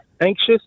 anxious